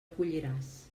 colliràs